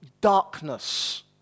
darkness